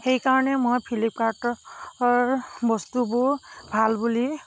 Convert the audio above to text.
সেইকাৰণে মই ফিলিপকাৰ্টৰ বস্তুবোৰ ভাল বুলি